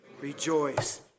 rejoice